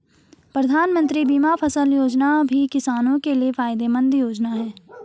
प्रधानमंत्री बीमा फसल योजना भी किसानो के लिये फायदेमंद योजना है